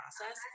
process